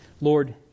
Lord